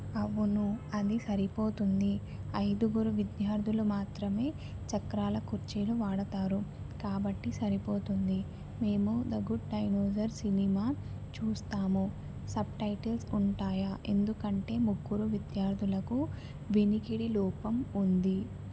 అవును అది సరిపోతుంది అయిదుగురు విద్యార్ధులు మాత్రమే చక్రాల కుర్చీలు వాడతారు కాబట్టి సరిపోతుంది మేము ద గుడ్ డైనోసార్ సినిమా చూస్తాము సబ్టైటిల్స్ ఉంటాయా ఎందుకంటే ముగ్గురు విద్యార్ధులకు వినికిడి లోపం ఉంది